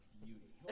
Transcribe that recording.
beauty